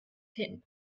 hin